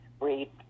read